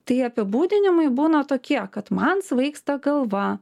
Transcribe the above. tai apibūdinimai būna tokie kad man svaigsta galva